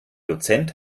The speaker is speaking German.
dozent